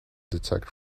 detect